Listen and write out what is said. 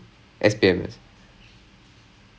err I think it's S_P_F